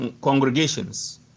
congregations